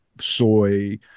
soy